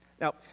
Now